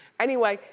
anyway,